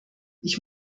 ich